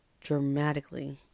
dramatically